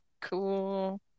cool